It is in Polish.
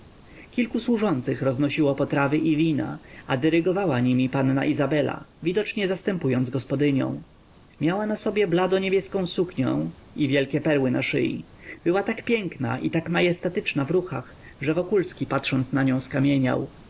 kilku służących roznosiło potrawy i wina a dyrygowała nimi panna izabela widocznie zastępując gospodynią miała na sobie blado-niebieską suknią i wielkie perły na szyi była tak piękna i tak majestatyczna w ruchach że wokulski patrząc na nią skamieniał